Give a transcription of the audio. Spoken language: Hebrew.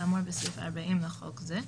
כאמור בסעיף 40 לחוק זה.